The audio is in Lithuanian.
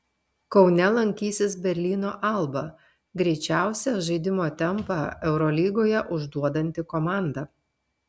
kaune lankysis berlyno alba greičiausią žaidimo tempą eurolygoje užduodanti komanda